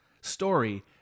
story